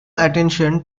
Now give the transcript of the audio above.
attention